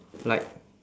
like